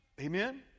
amen